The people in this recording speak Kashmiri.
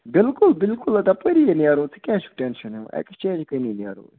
بِلکُل بِلکُل تَپٲری نیرو تُہۍ کیٛاہ چھُو ٹٮ۪نشَن یِوان ایٚکٕسچینج کٔنِی نیرو أسۍ